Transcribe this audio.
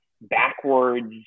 backwards